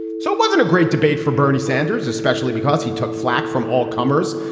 so it wasn't a great debate for bernie sanders, especially because he took flak from all comers,